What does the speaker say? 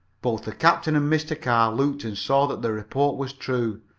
both the captain and mr. carr looked and saw that the report was true.